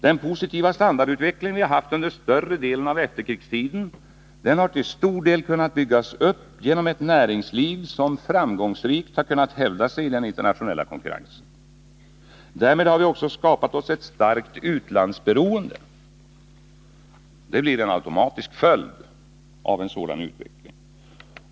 Den positiva standardutveckling vi haft under större delen av efterkrigstiden har till stor del kunnat byggas upp genom ett näringsliv som framgångsrikt har kunnat hävda sig i den internationella konkurrensen. Därmed har vi också skapat oss ett starkt utlandsberoende. Det blir en automatisk följd av en sådan utveckling.